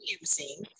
using